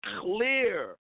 clear